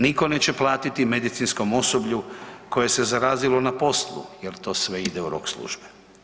Nitko neće platiti medicinskom osoblju koje se zarazilo na poslu jer to sve ide u rok službe.